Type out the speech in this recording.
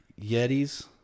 Yetis